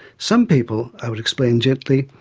some people, i would explain gently,